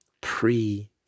pre